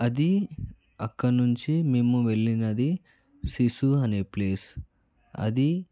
అది అక్కడ నుంచి అక్కడి నుంచి మేము వెళ్ళినది సిసు అనే ప్లేస్ అది